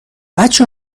بچه